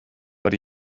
but